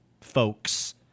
folks